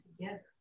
together